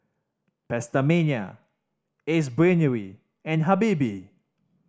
PastaMania Ace Brainery and Habibie